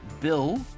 Bill